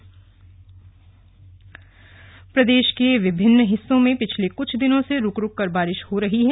मौसम प्रदेश के विभिन्न हिस्सों में पिछले कुछ दिनों से रुक रुक कर बारिश हो रही है